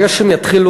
הרי ברגע שהם יתחילו,